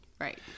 Right